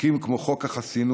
חוקים כמו חוק החסינות,